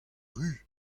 ruz